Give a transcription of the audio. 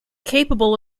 capable